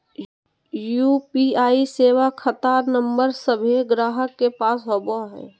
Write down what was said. UPI सेवा खता नंबर सभे गाहक के पास होबो हइ